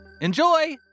Enjoy